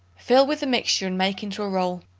fill with the mixture and make into a roll.